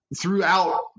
throughout